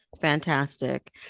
Fantastic